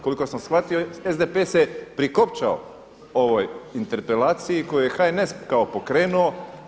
Koliko sam shvatio SDP-e se prikopčao ovoj interpelaciji koju je HNS pokrenuo.